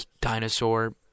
dinosaur